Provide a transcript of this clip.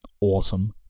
Awesome